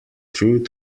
truth